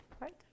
right